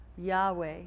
Yahweh